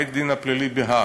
בית-הדין הפלילי בהאג,